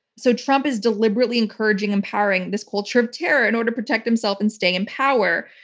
so trump is deliberately encouraging empowering this culture of terror in order to protect himself and stay in power.